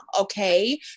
Okay